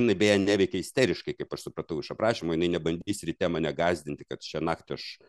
jinai beje neveikia isteriškai kaip aš supratau iš aprašymo jinai nebandys ryte mane gąsdinti kad šiąnakt aš